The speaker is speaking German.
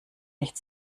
nicht